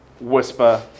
whisper